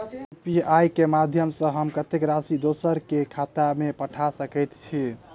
UPI केँ माध्यम सँ हम कत्तेक राशि दोसर केँ खाता मे पठा सकैत छी?